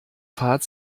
fahrt